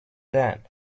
then